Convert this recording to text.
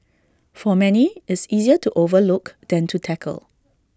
for many it's easier to overlook than to tackle